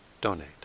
donate